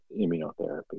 immunotherapy